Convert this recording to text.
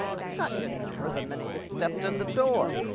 i got your number the minute you stepped in the door.